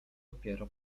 dopiero